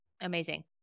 Amazing